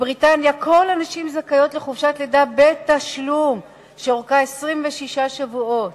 בבריטניה כל הנשים זכאיות לחופשת לידה בתשלום שאורכה 26 שבועות,